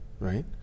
Right